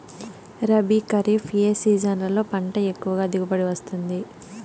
రబీ, ఖరీఫ్ ఏ సీజన్లలో పంట ఎక్కువగా దిగుబడి వస్తుంది